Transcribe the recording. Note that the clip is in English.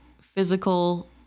physical